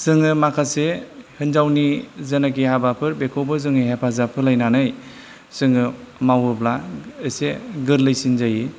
जोङो माखासे होन्जावनि जेनाखि हाबाफोर बेखौबो जोङो हेफाजाब होलायनानै जोङो मावोब्ला एसे गोरलैसिन जायो